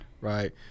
Right